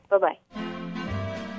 Bye-bye